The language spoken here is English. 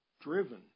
driven